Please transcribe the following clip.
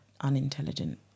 unintelligent